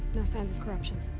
no signs of corruption.